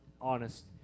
honest